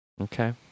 Okay